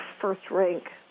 first-rank